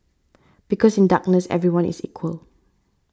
because in darkness everyone is equal